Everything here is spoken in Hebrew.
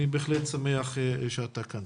אני בהחלט שמח שאתה כאן.